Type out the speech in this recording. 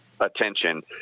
attention